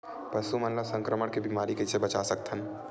पशु मन ला संक्रमण के बीमारी से कइसे बचा सकथन?